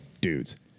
dudes